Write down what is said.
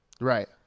Right